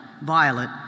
Violet